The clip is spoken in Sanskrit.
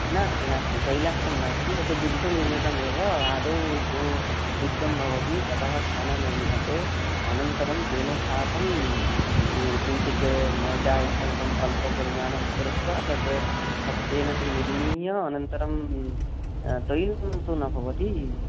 नास्ति नास्ति तैलयुक्तं नास्ति तत् दुग्धनिर्मितमेव आदौ तु दुग्धं भवति ततः छाना निर्मीयते अनन्तरं तेन साकं किञ्चित् मैदा इत्यादिकम् अल्पपरिमाणं कृत्वा तत् हस्तेन तत् निर्मीय अनन्तरं तैलं तु न भवति